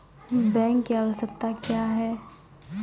Bank की आवश्यकता क्या हैं?